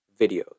videos